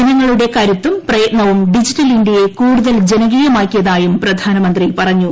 ജനങ്ങളുടെ കരുത്തും പ്രയത്നവും ഡിജിറ്റൽ ഇന്ത്യയെ കൂടുതൽ ജനകീയമാക്കിയതായും പ്രധാനമന്ത്രി പറഞ്ഞു